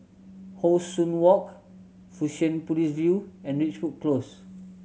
How Sun Walk Fusionopolis View and Ridgewood Close